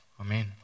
Amen